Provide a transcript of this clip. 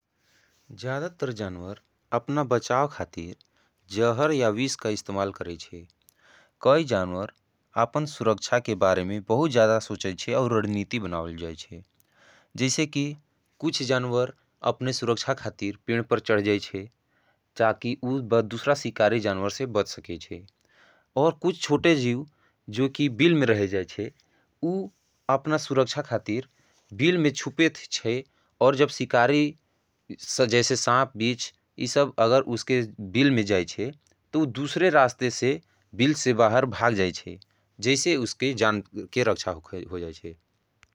ज़्यादतर जानवर अपना बचाव खातीर जहर या वीस का इस्तमाल करेंचे। कई जानवर आपन सुरक्षा के बारे में बहुत ज़्यादा सोचेंचे और रड़नीती बनावल जायेंचे। जैसे कि कुछ जानवर अपने सुरक्षा खातीर पेण पर चड़ जायेंचे चाकि उन दूसरा सिकारी जानवर से बच सकेंचे। और कुछ छोटे जीव जो की बिल में रहे जायेंचे उन अपना सुरक्षा खातीर बिल में छुपेत चे और जब सिकारी जैसे सांप, बीच ये सब अगर उसके बिल में जायेंचे तो उन दूसरे रास्ते से बिल से बाहर भाग जायेंचे जैसे उसके जानवर के रक्ष करते होगे जैसे आपको खुए जायेंचे।